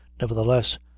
Nevertheless